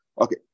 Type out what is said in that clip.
Okay